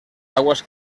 aguas